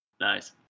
nice